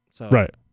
Right